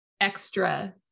extra